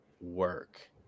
work